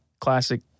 classic